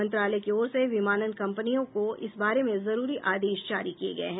मंत्रालय की ओर से विमानन कंपनियों को इस बारे में जरूरी आदेश जारी किए गए हैं